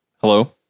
Hello